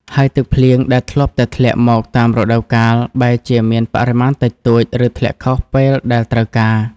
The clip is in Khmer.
ហើយទឹកភ្លៀងដែលធ្លាប់តែធ្លាក់មកតាមរដូវកាល បែរជាមានបរិមាណតិចតួច ឬធ្លាក់ខុសពេលដែលត្រូវការ។